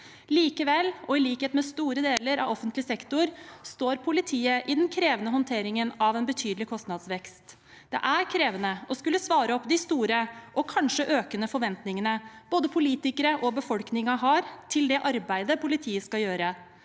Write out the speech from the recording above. Likevel, og i likhet med store deler av offentlig sektor, står politiet i den krevende håndteringen av en betydelig kostnadsvekst. Det er krevende å skulle svare opp de store og kanskje økende forventningene både politikere og befolkning har til det arbeidet politiet skal gjøre